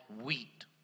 wheat